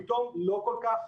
פתאום לא כל כך,